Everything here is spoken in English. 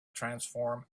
transform